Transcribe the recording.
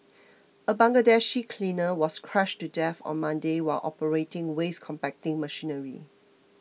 a Bangladeshi cleaner was crushed to death on Monday while operating waste compacting machinery